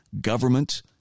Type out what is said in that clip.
government